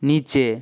নিচে